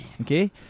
Okay